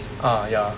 uh ya